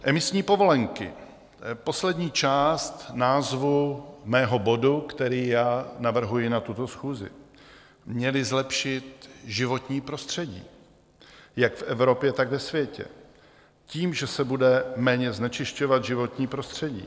Emisní povolenky, poslední část názvu mého bodu, který navrhuji na tuto schůzi, měly zlepšit životní prostředí jak v Evropě, tak ve světě tím, že se bude méně znečišťovat životní prostředí.